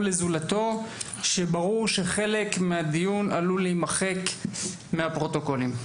או לזולתו שברור שחלק מהדיון עלול להימחק מהפרוטוקולים.